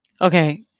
Okay